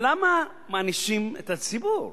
למה מענישים את הציבור?